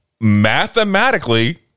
Mathematically